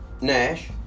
Nash